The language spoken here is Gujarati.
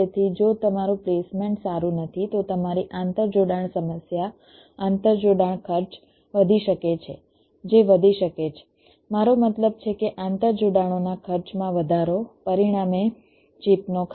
તેથી જો તમારું પ્લેસમેન્ટ સારું નથી તો તમારી આંતરજોડાણ સમસ્યા આંતરજોડાણ ખર્ચ વધી શકે છે જે વધી શકે છે મારો મતલબ છે કે આંતરજોડાણોના ખર્ચમાં વધારો પરિણામે ચિપનો ખર્ચ